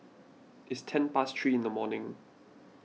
its ten past three in the morning